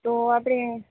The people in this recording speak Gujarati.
તો આપણે